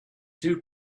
too